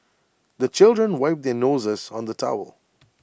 the children wipe their noses on the towel